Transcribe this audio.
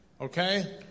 Okay